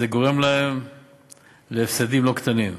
זה גורם להם הפסדים לא קטנים,